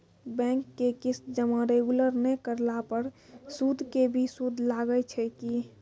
Bank के किस्त जमा रेगुलर नै करला पर सुद के भी सुद लागै छै कि?